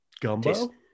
Gumbo